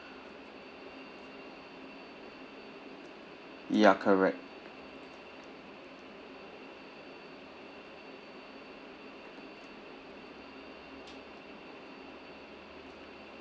ya correct